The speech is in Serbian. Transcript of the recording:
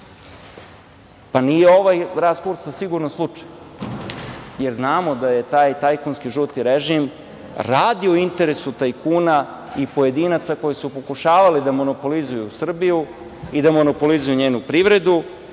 nije ovaj rast kursa sigurno slučajan, jer znamo da je taj tajkunski žuti režim radio u interesu tajkuna i pojedinaca koji su pokušavali da monopolizuju Srbiju i da monopolizuju njenu privredu,